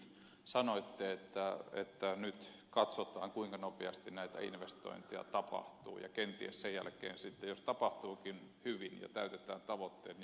sanoitte että nyt katsotaan kuinka nopeasti näitä investointeja tapahtuu ja sen jälkeen jos tapahtuukin hyvin ja täytetään tavoitteet niin kenties muutetaan sitä tasoa